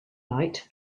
night